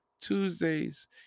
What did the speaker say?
Tuesdays